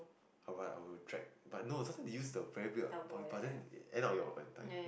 alright I will drag but no last time they use the very weird point but then end up your entire